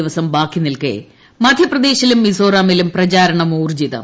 ദിവസം ബാക്കി നിൽക്കെ മധ്യപ്രദേശിലും മിസോറാമിലും പ്രചാരണം ഊർജ്ജിത്രം